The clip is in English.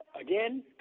Again